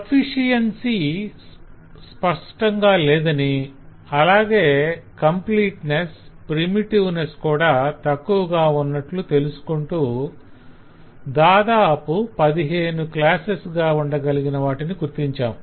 sufficiency స్పష్టంగా లేదని అలాగే కంప్లీట్నెస్ ప్రిమిటివ్నెస్ కూడా తక్కువగా ఉన్నట్లు తెలుసుకుంటూ దాదాపు 15 క్లాసెస్ గా ఉండగలిగిన వాటిని గుర్తించాం